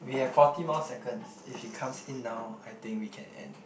we have forty more seconds if she comes in now I think we can end